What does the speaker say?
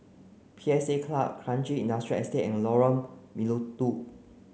P S A Club Kranji Industrial Estate and Lorong Melukut